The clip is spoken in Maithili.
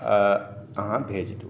अहाँ भेजदू